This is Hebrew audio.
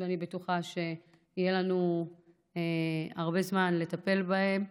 ואני בטוחה שיהיה לנו הרבה זמן לטפל בהם.